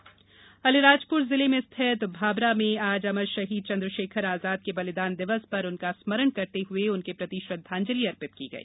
बलिदान दिवस अलीराजपुर जिले में स्थित भाभरा में आज अमर शहीद चंद्रशेखर आजाद के बलिदान दिवस पर उनका स्मरण करते हुए उनके प्रति श्रद्धांजलि अर्पित की गई